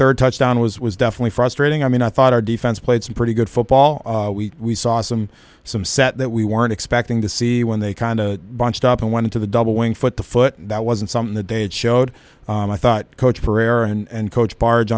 third touchdown was was definitely frustrating i mean i thought our defense played some pretty good football we saw some some set that we weren't expecting to see when they kind of bunched up and went into the double wing foot the foot that wasn't something that they showed i thought coach prayer and coach barge